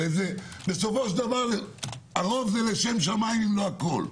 הרי בסוף הרוב זה לשם שמיים, אם לא הכול.